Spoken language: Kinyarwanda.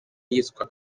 iyitwa